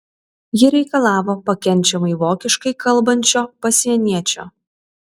ji reikalavo pakenčiamai vokiškai kalbančio pasieniečio